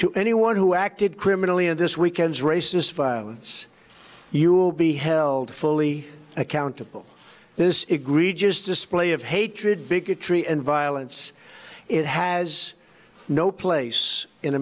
to anyone who acted criminally in this weekend's race is you will be held fully accountable this egregious display of hatred bigotry and violence it has no place in